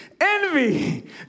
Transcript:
envy